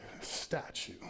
statue